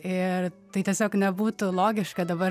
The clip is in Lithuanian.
ir tai tiesiog nebūtų logiška dabar